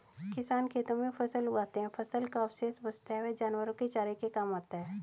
किसान खेतों में फसल उगाते है, फसल का अवशेष बचता है वह जानवरों के चारे के काम आता है